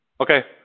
Okay